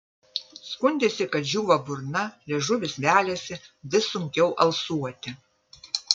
skundėsi kad džiūva burna liežuvis veliasi vis sunkiau alsuoti